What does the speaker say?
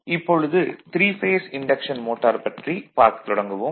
இப்பொழுது three phase induction motor பற்றி பார்க்கத் தொடங்குவோம்